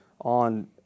on